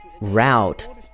route